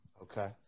okay